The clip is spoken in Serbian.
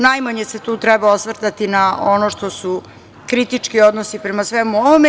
Najmanje se tu treba osvrtati na ono što su kritički odnosi prema svemu ovome.